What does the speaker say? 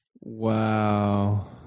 Wow